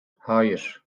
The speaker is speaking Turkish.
hayır